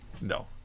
No